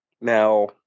Now